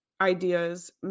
ideas